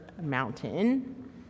mountain